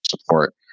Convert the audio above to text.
support